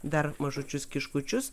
dar mažučius kiškučius